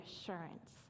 assurance